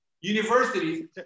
Universities